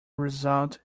result